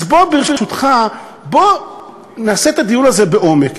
אז בוא, ברשותך, בוא נעשה את הדיון הזה לעומק.